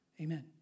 Amen